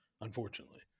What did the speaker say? unfortunately